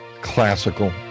classical